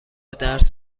درس